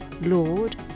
Lord